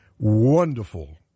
Wonderful